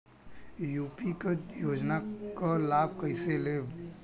UP क योजना क लाभ कइसे लेब?